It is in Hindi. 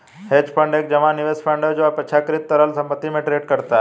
हेज फंड एक जमा निवेश फंड है जो अपेक्षाकृत तरल संपत्ति में ट्रेड करता है